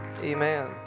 Amen